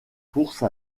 course